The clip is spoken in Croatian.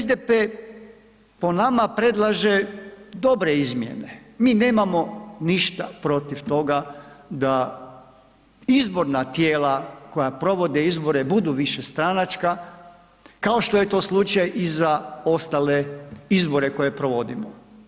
SDP po nama predlaže dobre izmjene, mi nemamo ništa protiv toga da izborna tijela koja provode izbore budu višestranačka kao što je to slučaj i za ostale izbore koje provodimo.